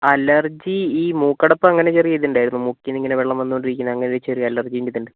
allergy ഈ മൂക്കടപ്പ് അങ്ങനെ ചെറിയ ഇതുണ്ടായിരുന്നു മൂക്കിൽ നിന്നിങ്ങനെ വെള്ളം വന്നുകൊണ്ടിരിക്കുന്ന ചെറിയ അലര്ജിയുടെ ഒരു ഇത് ഉണ്ട്